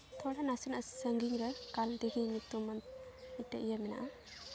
ᱛᱷᱚᱲᱟ ᱱᱟᱥᱮᱱᱟᱜ ᱥᱟᱺᱜᱤᱧ ᱨᱮ ᱠᱟᱞ ᱛᱫᱤᱜᱷᱤ ᱧᱩᱛᱩᱢᱟᱱ ᱢᱤᱫᱴᱮᱱ ᱤᱭᱟᱹ ᱢᱮᱱᱟᱜᱼᱟ